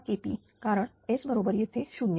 हा KP कारण S बरोबर येथे 0